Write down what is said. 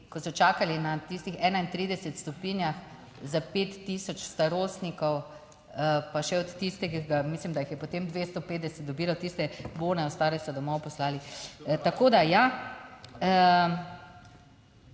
ki so čakali na tistih 31 stopinjah za 5 tisoč starostnikov, pa še od tiste, ki mislim, da jih je potem 250 dobilo tiste bone, ostale so domov poslali, tako da ja,